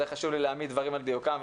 לזה חשוב לי להעמיד דברים על דיוקם,